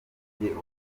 murenge